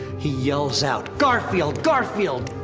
he yells out, garfield! garfield!